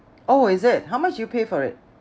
oh is it how much did you pay for it